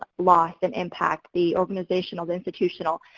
loss and impact, the organizational, the institutional,